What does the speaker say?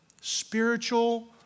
spiritual